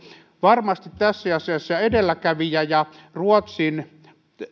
varmasti tässä asiassa edelläkävijä ja ruotsin